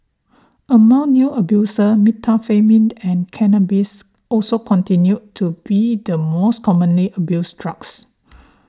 among new abusers methamphetamine and cannabis also continued to be the most commonly abused drugs